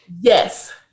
yes